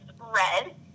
red